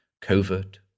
covert